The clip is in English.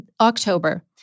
October